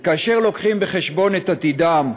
וכאשר מביאים בחשבון את עתידם,